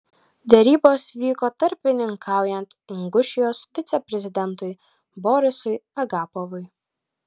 derybos vyko tarpininkaujant ingušijos viceprezidentui borisui agapovui